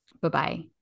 Bye-bye